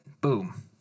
Boom